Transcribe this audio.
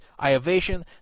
Iovation